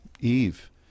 Eve